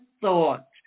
thought